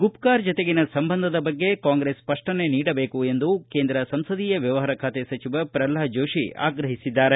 ಗುಪ್ಕಾರ್ ಜತೆಗಿನ ಸಂಬಂಧದ ಬಗ್ಗೆ ಕಾಂಗ್ರೆಸ್ ಸ್ತಷ್ಟನೆ ನೀಡಬೇಕು ಎಂದು ಕೇಂದ್ರ ಸಂಸದೀಯ ವ್ಯವಹಾರ ಖಾತೆ ಸಚಿವ ಪ್ರಹ್ಲಾದ ಜೋಶಿ ಆಗ್ರಹಿಸಿದ್ದಾರೆ